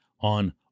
on